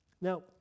Now